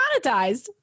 monetized